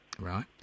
Right